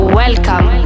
welcome